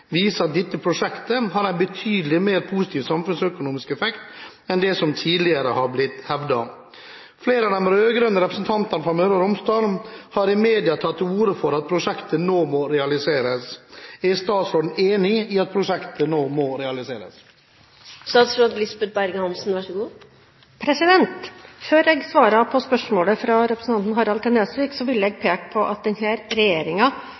viser at dette prosjektet har en betydelig mer positiv samfunnsøkonomisk effekt enn det som tidligere har blitt hevdet. Flere av de rød-grønne representantene fra Møre og Romsdal har i media tatt til orde for at prosjektet nå må realiseres. Er statsråden enig i at prosjektet nå må realiseres?» Før jeg svarer på spørsmålet fra representanten Harald T. Nesvik, vil jeg peke på at denne regjeringen ser det som viktig at vi nå har